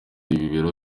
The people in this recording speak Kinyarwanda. ibibero